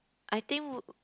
I think w~